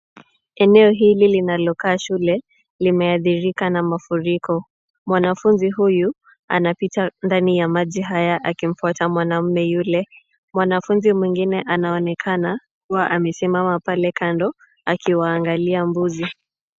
Eneo hili linalokaa shule limeathirika na mafuriko. Mwanafunzi huyu anapita ndani ya maji haya akimfuata mwanamme yule. Mwanafunzi mwingine anaonekana kuwa amesimama pale kando akiwaangalia mbuzi.